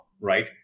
right